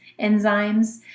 enzymes